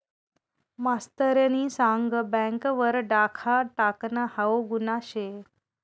मास्तरनी सांग बँक वर डाखा टाकनं हाऊ गुन्हा शे